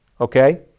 Okay